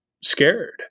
scared